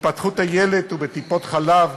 בהתפתחות הילד ובטיפות-חלב,